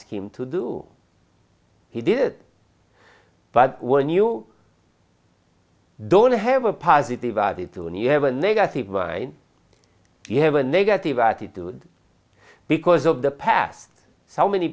came to do he did but when you don't have a positive attitude and you have a negative mind you have a negative attitude because of the past so many